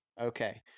Okay